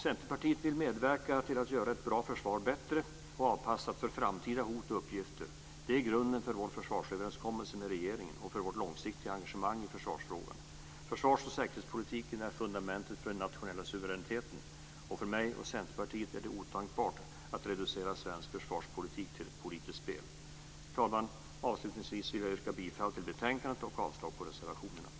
Centerpartiet vill medverka till att göra ett bra försvar bättre och avpassat för framtida hot och uppgifter. Det är grunden för vår försvarsöverenskommelse med regeringen och för vårt långsiktiga engagemang i försvarsfrågan. Försvars och säkerhetspolitiken är fundamentet för den nationella suveräniteten. För mig och Centerpartiet är det otänkbart att reducera svensk försvarspolitik till ett politiskt spel. Fru talman! Avslutningsvis vill jag yrka bifall till hemställan i betänkandet och avslag på reservationerna.